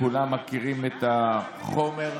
כולם מכירים את החומר.